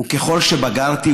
וככל שבגרתי,